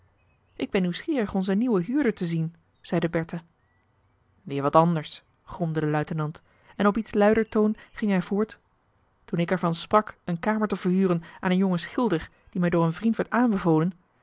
ik ben nieuwsgierig onzen nieuwen huurder te zien zeide bertha marcellus emants een drietal novellen weer wat anders gromde de luitenant en op iets luider toon ging hij voort toen ik er van sprak een kamer te verhuren aan een jongen schilder die mij door een vriend werd aanbevolen